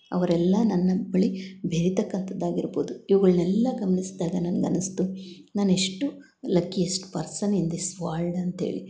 ಅವರೆಲ್ಲ ನನ್ನ ಬಳಿ ಬೆರಿತಕಂತದ್ದು ಆಗಿರ್ಬೋದು ಇವುಗಳ್ನೆಲ್ಲ ಗಮನಿಸ್ದಾಗ ನನ್ಗೆ ಅನಿಸ್ತು ನಾನು ಎಷ್ಟು ಲಕ್ಕಿಯಷ್ಟ್ ಪರ್ಸನ್ ಇನ್ ದಿಸ್ ವಲ್ಡ್ ಅಂತೇಳಿ